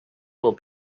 will